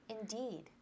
Indeed